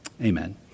Amen